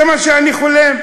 זה מה שאני חולם.